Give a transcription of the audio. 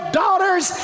daughters